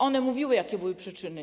One mówiły, jakie były przyczyny.